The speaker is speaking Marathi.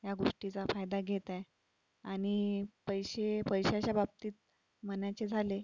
ह्या गोष्टीचा फायदा घेत आहे आणि पैसे पैशाच्या बाबतीत म्हणायचे झाले